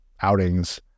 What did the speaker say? outings